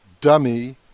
dummy